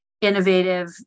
innovative